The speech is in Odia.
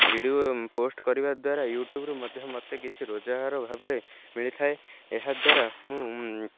ଭିଡ଼ିଓ ପୋଷ୍ଟ କରିବା ଦ୍ୱାରା ୟୁଟ୍ୟୁବରୁ ମଧ୍ୟ ମୋତେ କିଛି ରୋଜଗାର ଭାବରେ ମିଳିଥାଏ ଏହାଦ୍ୱାରା ମୁଁ